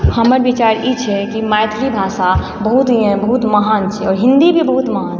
हमर विचार ई छै की मैथिली भाषा बहुत ही बहुत महान छियै आओर हिंदी भी बहुत महान छियै